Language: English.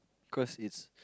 cause it's